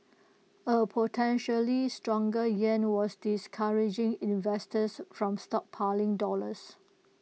A potentially stronger yuan was discouraging investors from stockpiling dollars